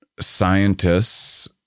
scientists